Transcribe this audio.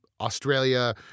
Australia